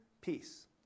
peace